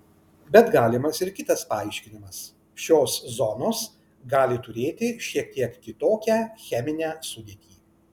bet galimas ir kitas paaiškinimas šios zonos gali turėti šiek tiek kitokią cheminę sudėtį